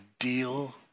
deal